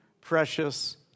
precious